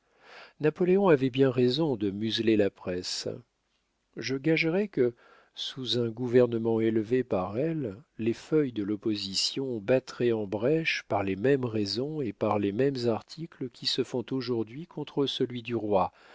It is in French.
napoléon avait bien raison de museler la presse je gagerais que sous un gouvernement élevé par elles les feuilles de l'opposition battraient en brèche par les mêmes raisons et par les mêmes articles qui se font aujourd'hui contre celui du roi